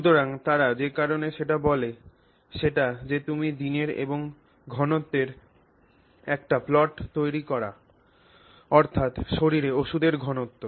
সুতরাং তারা যে কারণে বলে সেটা যদি তুমি দিনের এবং ঘনত্বের একটি প্লট তৈরি কর অর্থাৎ শরীরে ওষুধের ঘনত্ব